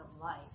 life